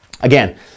Again